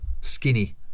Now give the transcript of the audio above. skinny